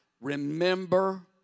Remember